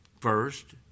first